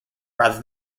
rather